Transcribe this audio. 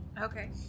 Okay